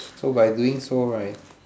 so by doing so right